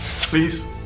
Please